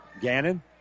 Gannon